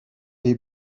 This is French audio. est